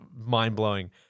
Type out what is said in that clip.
mind-blowing